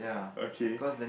okay